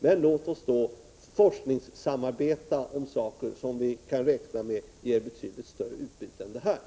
Men låt oss då forskningssamarbeta om saker som vi kan räkna med ger betydligt större utbyte än detta.